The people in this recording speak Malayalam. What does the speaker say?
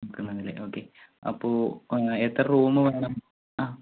നോക്കുന്നതല്ലേ ഓക്കെ അപ്പോൾ എത്ര റൂമ് വേണം ആ